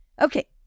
Okay